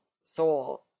soul